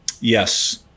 Yes